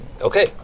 Okay